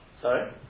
Sorry